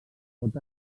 pot